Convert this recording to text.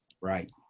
Right